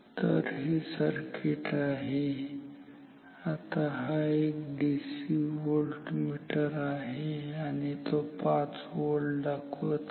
तर हे सर्किट आहे आता हा एक डीसी व्होल्टमीटर आहे आणि ते पाच व्होल्ट दाखवत आहे